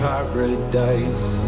Paradise